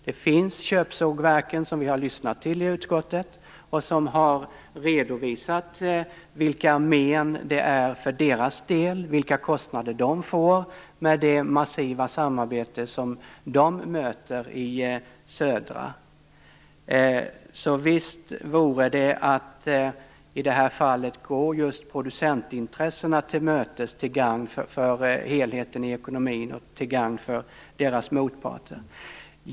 Det finns köpsågverk, som vi har lyssnat till i utskottet och som har redovisat vilka men det är för deras del, vilka kostnader de får med det massiva samarbete som de möter i Södra. Visst vore det att i det här fallet gå just producentintressena till mötes, till gagn för helheten i ekonomin och till gagn för deras motparter.